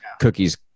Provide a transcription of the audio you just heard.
cookies